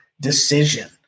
decision